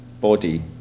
body